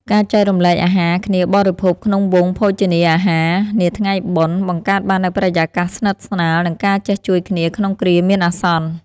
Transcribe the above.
ការចែករំលែកអាហារគ្នាបរិភោគក្នុងវង់ភោជនាអាហារនាថ្ងៃបុណ្យ បង្កើតបាននូវបរិយាកាសស្និទ្ធស្នាល និងការចេះជួយគ្នាក្នុងគ្រាមានអាសន្ន។